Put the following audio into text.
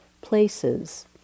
places